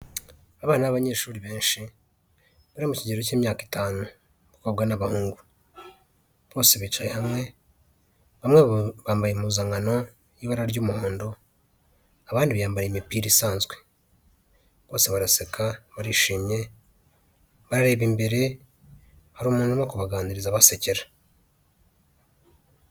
Abana babanyeshuri benshi bari mu kigero cy'imyaka itanu, abakobwa n' abahungu bose bicaye hamwe, bamwe bambaye impuzankano y' ibara ry' umuhondo abandi biyambariye imipira isanzwe, bose baraseka barishimye bareba imbere hari umuntu urimo kubaganiriza abasekera.